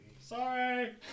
Sorry